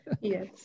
Yes